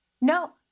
No